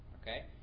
Okay